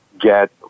get